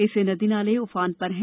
इससे नदी नाले उफान पर हैं